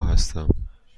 هستم